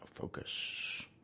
focus